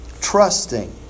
trusting